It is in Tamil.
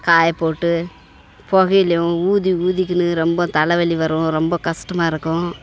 காயப் போட்டு புகையிலயும் ஊதி ஊதிக்கின்னு ரொம்ப தலைவலி வரும் ரொம்ப கஷ்டமா இருக்கும்